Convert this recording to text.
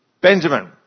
Benjamin